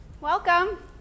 welcome